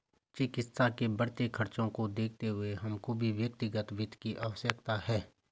चिकित्सा के बढ़ते खर्चों को देखते हुए हमको भी व्यक्तिगत वित्त की आवश्यकता है